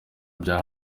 bya